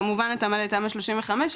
כמובן התאמה לתמ"א 35,